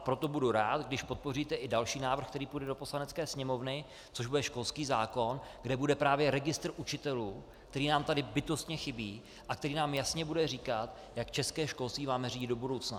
Proto budu rád, když podpoříte i další návrh, který půjde do Poslanecké sněmovny, což bude školský zákon, kde bude registr učitelů, který nám tady bytostně chybí a který nám jasně bude říkat, jak české školství máme řídit do budoucna.